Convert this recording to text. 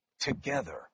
together